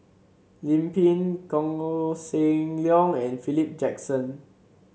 Lim Pin Koh Seng Leong and Philip Jackson